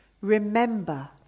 Remember